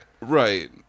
Right